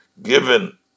Given